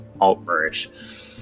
Altmerish